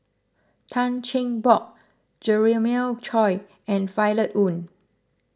Tan Cheng Bock Jeremiah Choy and Violet Oon